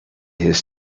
his